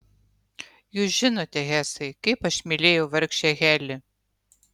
jūs žinote hesai kaip aš mylėjau vargšę heli